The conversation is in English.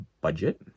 budget